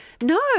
no